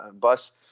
bus